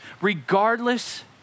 regardless